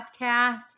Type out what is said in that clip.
podcast